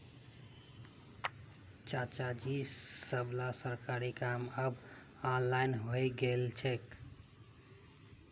चाचाजी सबला सरकारी काम अब ऑनलाइन हइ गेल छेक